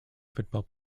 football